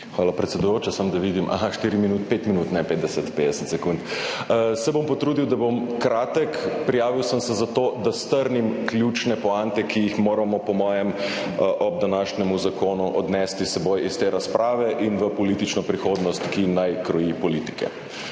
Hvala, predsedujoča. Samo da vidim. Aha, štiri minut…, pet minut, ne 50 sekund. Se bom potrudil, da bom kratek. Prijavil sem se zato, da strnem ključne poante, ki jih moramo po mojem ob današnjem zakonu odnesti s seboj iz te razprave in v politično prihodnost, ki naj kroji politike.